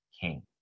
king